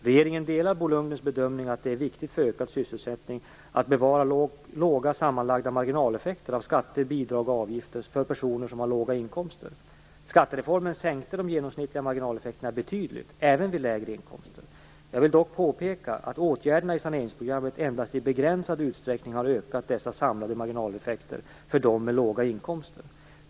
Regeringen delar Bo Lundgrens bedömning att det är viktigt för ökad sysselsättning att bevara låga sammanlagda marginaleffekter av skatter, bidrag och avgifter för personer som har låga inkomster. Skattereformen sänkte de genomsnittliga marginaleffekterna betydligt, även vid lägre inkomster. Jag vill dock påpeka att åtgärderna i saneringsprogrammet endast i begränsad utsträckning har ökat dessa samlade marginaleffekter för dem med låga inkomster.